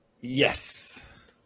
Yes